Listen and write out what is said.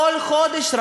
כל חודש,